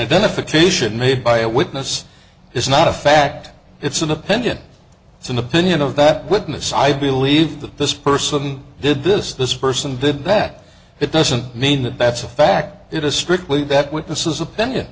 efficient made by a witness is not a fact it's an opinion it's an opinion of that witness i believe that this person did this this person did that it doesn't mean that that's a fact it is strictly that witnesses opinion